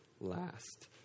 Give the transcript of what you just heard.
last